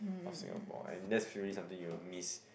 of Singapore and that's really something you will miss